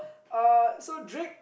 uh so Drake